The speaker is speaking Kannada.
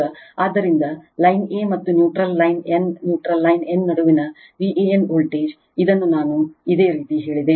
ಈಗ ಆದ್ದರಿಂದ ಲೈನ್ a ಮತ್ತು neutral line n neutral line n ನಡುವಿನ Van ವೋಲ್ಟೇಜ್ ಇದನ್ನು ನಾನು ಇದೇ ರೀತಿ ಹೇಳಿದೆ